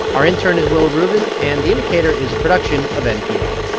our intern is willa rubin, and the indicator is a production of npr